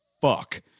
fuck